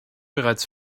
bereits